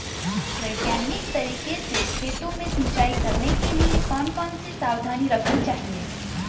वैज्ञानिक तरीके से खेतों में सिंचाई करने के लिए कौन कौन सी सावधानी रखनी चाहिए?